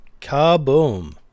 kaboom